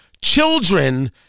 Children